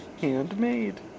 Handmade